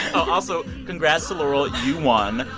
also, congrats to laurel. you won.